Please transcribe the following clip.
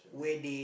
where they